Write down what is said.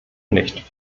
nicht